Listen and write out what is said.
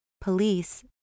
Police